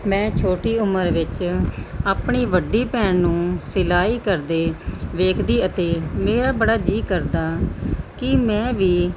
ਮੈਂ ਛੋਟੀ ਉਮਰ ਵਿੱਚ ਆਪਣੀ ਵੱਡੀ ਭੈਣ ਨੂੰ ਸਿਲਾਈ ਕਰਦੇ ਵੇਖਦੀ ਅਤੇ ਮੇਰਾ ਬੜਾ ਜੀ ਕਰਦਾ ਕਿ ਮੈਂ ਵੀ